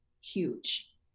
huge